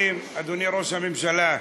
אדוני ראש הממשלה,